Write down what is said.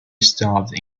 stopped